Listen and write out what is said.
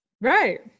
Right